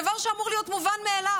זה דבר שהיה אמור להיות מובן מאליו,